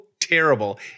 terrible